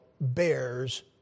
bears